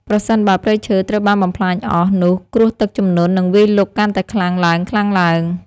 ប្រសិនបើព្រៃឈើត្រូវបានបំផ្លាញអស់ នោះគ្រោះទឹកជំនន់នឹងវាយលុកកាន់តែខ្លាំងឡើងៗ។